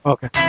Okay